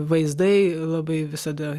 vaizdai labai visada